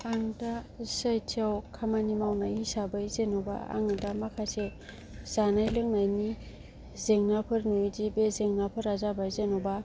आं दा चि आइ टियाव खामानि मावनाय हिसाबै जेनबा आङो दा माखासे जानाय लोंनायनि जेंनाफोर नुयोदि बे जेंनाफोरा जाबाय जेनबा